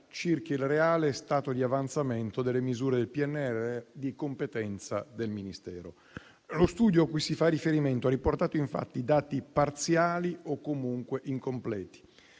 circa il reale stato di avanzamento delle misure del PNRR di competenza del Ministero. Lo studio a cui si fa riferimento ha riportato, infatti, dati parziali o comunque incompleti.